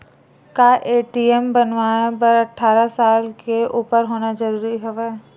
का ए.टी.एम बनवाय बर अट्ठारह साल के उपर होना जरूरी हवय?